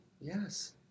Yes